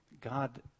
God